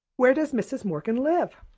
where does mrs. morgan live?